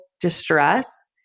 distress